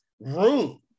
room